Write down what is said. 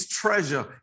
treasure